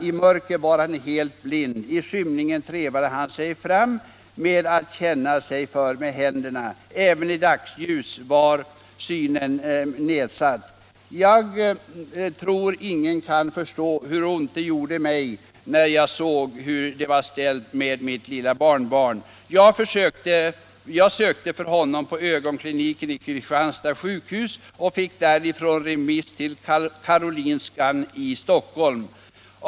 I mörker var han helt blind, i skymningen trevade han sig fram med att känna sig för med händerna. Även i dagsljus var synen mycket nedsatt. Jag tror ingen kan förstå hur ont det gjorde mig när jag såg hur det var ställt med mitt lilla barnbarn. Jag sökte för honom på ögonkliniken vid Kristianstads sjukhus och fick därifrån remiss till Karolinska i Stockholm.